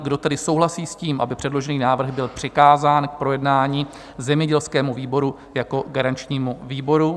Kdo tedy souhlasí s tím, aby předložený návrh byl přikázán k projednání zemědělskému výboru jako garančnímu výboru?